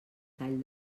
tall